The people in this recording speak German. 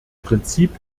prinzip